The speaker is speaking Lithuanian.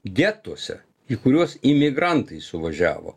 getuose į kuriuos imigrantai suvažiavo